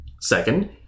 Second